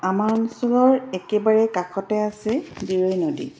আমাৰ অঞ্চলৰ একেবাৰে কাষতে আছে বিৰৈ নদী